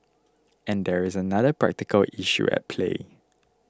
and there is another practical issue at play